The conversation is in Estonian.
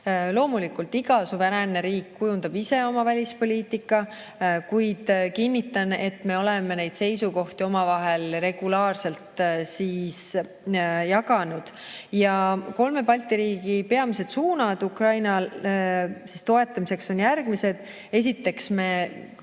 Loomulikult iga suveräänne riik kujundab ise oma välispoliitika, kuid kinnitan, et me oleme neid seisukohti omavahel regulaarselt jaganud. Kolme Balti riigi peamised suunad Ukraina toetamiseks on järgmised. Esiteks, me